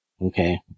Okay